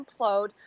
implode